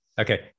Okay